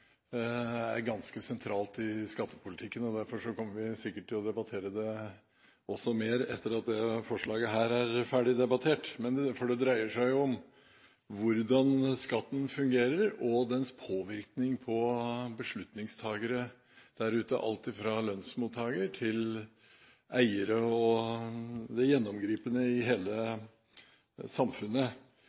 ganske sentralt i skattepolitikken, og derfor kommer vi sikkert til å debattere dette også mer etter at dette forslaget er ferdigdebattert, for det dreier seg jo om hvordan skatten fungerer og dens påvirkning på beslutningstakere der ute – alt fra lønnsmottakere til eiere og det gjennomgripende i hele samfunnet.